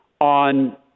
on